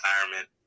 retirement